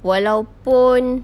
walaupun